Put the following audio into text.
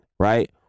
Right